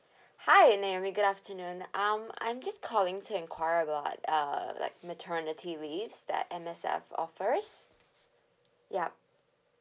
hi naomi good afternoon um I'm just calling to enquire about err like maternity leaves that M_S_F offers yup